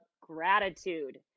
gratitude